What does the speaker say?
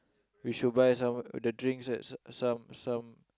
we should buy some the drinks at some some